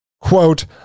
quote